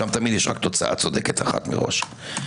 שם תמיד יש תוצאה צודקת מראש.